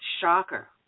Shocker